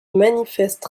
manifeste